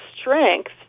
strength